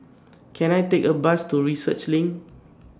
Can I Take A Bus to Research LINK